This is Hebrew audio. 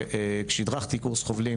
וכשהדרכתי קורס חובלים,